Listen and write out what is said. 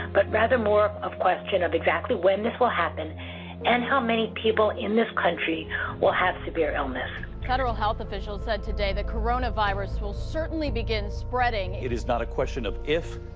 but rather more a question of exactly when this will happen and how many people in this country will have severe illness. federal health officials said today that coronavirus will certainly begin spreading. it is not a question of if,